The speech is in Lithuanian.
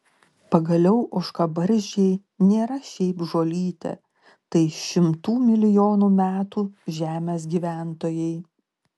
pagaliau ožkabarzdžiai nėra šiaip žolytė tai šimtų milijonų metų žemės gyventojai